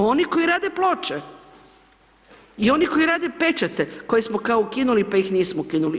Oni koji rade ploče i oni koji rade pečate koje smo kao ukinuli pa ih nismo ukinuli.